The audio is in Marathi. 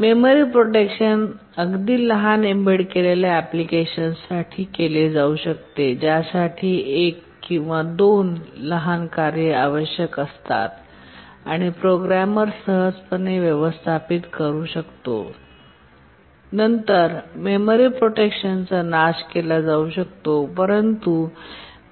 मेमरी प्रोटेक्शन अगदी लहान एम्बेड केलेल्या एप्लीकेशनसांसाठी केले जाऊ शकते ज्यासाठी फक्त एक किंवा दोन लहान कार्ये आवश्यक असतात आणि प्रोग्रामर सहजपणे व्यवस्थापित करू शकतो नंतर मेमरी प्रोटेक्शनचा नाश केला जाऊ शकतो परंतु